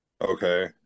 Okay